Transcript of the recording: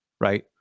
right